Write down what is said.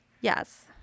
Yes